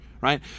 right